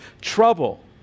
trouble